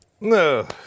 No